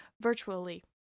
virtually